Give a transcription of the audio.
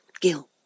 Gill